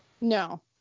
no